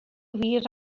wir